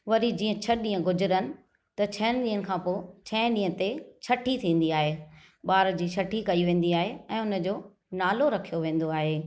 वरी जीअं छ ॾींहं गुजरनि त छहनि ॾींहनि खां पोइ छह ॾींहनि ते छठी थींदी आहे ॿार जी छठी कई वेंदी आहे ऐं हुन जो नालो रखियो वेंदो आहे